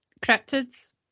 cryptids